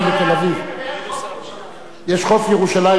ערבים, יש חוף ירושלים בתל-אביב.